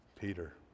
Peter